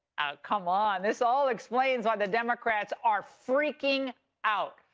come on, this all explains why the democrats are freaking out,